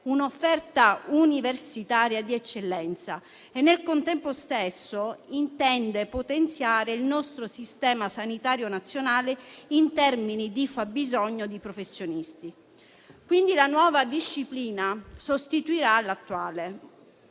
un'offerta universitaria di eccellenza e, allo stesso tempo, potenziare il nostro sistema sanitario nazionale in termini di fabbisogno di professionisti. La nuova disciplina sostituirà l'attuale